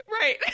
Right